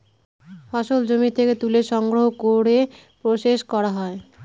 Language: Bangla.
ফসল জমি থেকে তুলে সংগ্রহ করে প্রসেস করা হয়